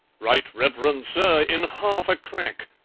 right reverend sir, in half a crack!